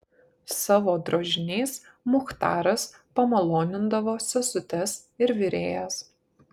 savo drožiniais muchtaras pamalonindavo sesutes ir virėjas